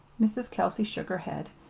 mrs. kelsey shook her head.